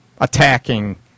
attacking